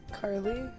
Carly